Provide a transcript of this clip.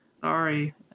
Sorry